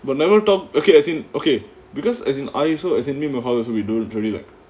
but never talk okay as in okay because as in I also as in me and my father also we don't really like